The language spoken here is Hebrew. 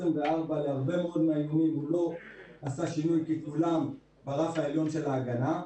על הרבה מאוד מהאיומים הוא לא עשה שינוי כי כולם ברף העליון של ההגנה.